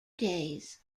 days